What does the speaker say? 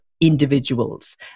individuals